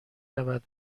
رود